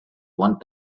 one